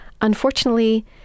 Unfortunately